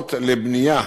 המאושרות לבנייה,